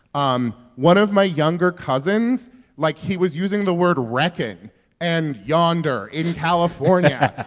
um one of my younger cousins like, he was using the word reckon and yonder in california.